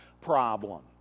problem